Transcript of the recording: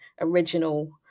original